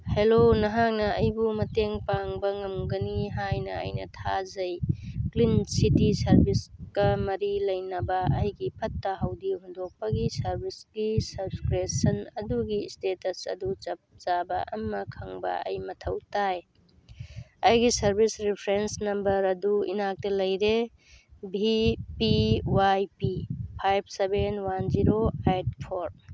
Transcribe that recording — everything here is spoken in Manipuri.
ꯍꯦꯂꯣ ꯅꯍꯥꯛꯅ ꯑꯩꯕꯨ ꯃꯇꯦꯡ ꯄꯥꯡꯕ ꯉꯝꯒꯅꯤ ꯍꯥꯏꯅ ꯑꯩꯅ ꯊꯥꯖꯩ ꯀ꯭ꯂꯤꯟ ꯁꯤꯇꯤ ꯁꯔꯚꯤꯁꯀ ꯃꯔꯤ ꯂꯩꯅꯕ ꯑꯩꯒꯤ ꯐꯠꯇ ꯍꯥꯎꯗꯤ ꯍꯨꯟꯗꯣꯛꯄꯒꯤ ꯁꯔꯚꯤꯁꯀꯤ ꯁꯞꯁꯀ꯭ꯔꯤꯞꯁꯟ ꯑꯗꯨꯒꯤ ꯏꯁꯇꯦꯇꯁ ꯑꯗꯨ ꯆꯞ ꯆꯥꯕ ꯑꯃ ꯈꯪꯕ ꯑꯩ ꯃꯊꯧ ꯇꯥꯏ ꯑꯩꯒꯤ ꯁꯔꯚꯤꯁ ꯔꯤꯐ꯭ꯔꯦꯟꯁ ꯅꯝꯕꯔ ꯑꯗꯨ ꯏꯅꯥꯛꯇ ꯂꯩꯔꯦ V P Y P five seven one zero eight four